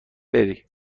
بری